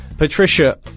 Patricia